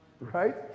Right